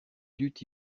dut